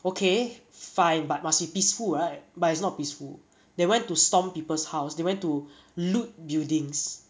okay fine but must be peaceful right but it's not peaceful they went to stomp people's house they went to loot buildings